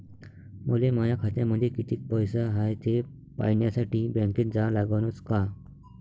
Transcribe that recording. मले माया खात्यामंदी कितीक पैसा हाय थे पायन्यासाठी बँकेत जा लागनच का?